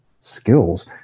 skills